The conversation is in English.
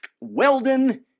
Weldon